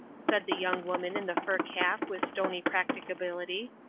said the young woman in the fur cap with stony practicability.